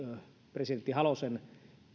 presidentti halosen